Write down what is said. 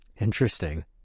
Interesting